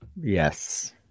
Yes